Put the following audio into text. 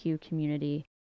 community